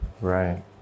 right